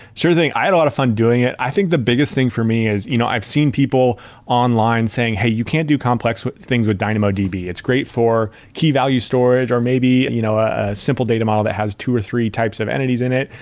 sure thing. i had a lot of fun doing it. i think the biggest thing for me is you know i've seen people online saying, hey, you can't do complex things with dynamodb. it's great for keyvalue storage or maybe you know a simple data model that has two or three types of entities in it,